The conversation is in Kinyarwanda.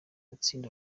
atsinda